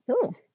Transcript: Cool